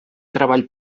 treball